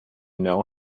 know